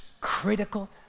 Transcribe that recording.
critical